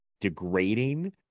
degrading